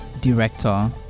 director